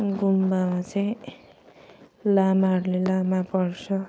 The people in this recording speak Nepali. गुम्बामा चाहिँ लामाहरूले लामा पढ्छ